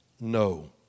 no